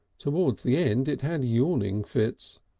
towards the end it had yawning fits.